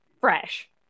fresh